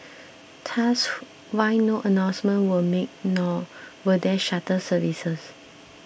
thus why no announcements were made nor were there shuttle services